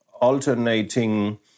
alternating